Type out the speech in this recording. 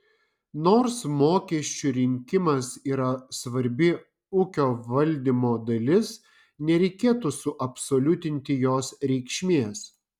nors mokesčių rinkimas yra svarbi ūkio valdymo dalis nereikėtų suabsoliutinti jos reikšmės